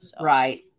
right